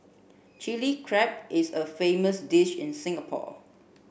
Chilli Crab is a famous dish in Singapore